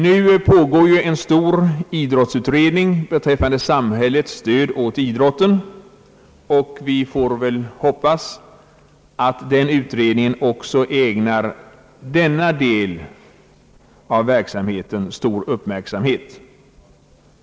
Nu pågår ju en stor idrottsutredning beträffande samhällets stöd åt idrotten, och vi får väl hoppas att den utiredningen också ägnar den del av verksamheten som här är aktuell stor uppmärksamhet. För oss motionärer finns det all anledning att återkomma.